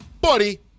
buddy